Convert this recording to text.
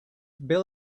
bill